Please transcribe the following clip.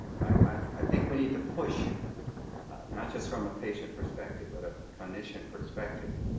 i think we need to push not just from a patient perspective but a condition perspective,